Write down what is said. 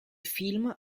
film